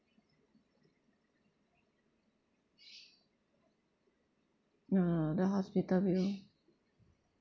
ah the hospital bill